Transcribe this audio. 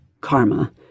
Karma